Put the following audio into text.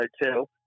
Hotel